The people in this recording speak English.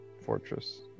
fortress